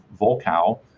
Volkow